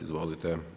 Izvolite.